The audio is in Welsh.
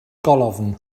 golofn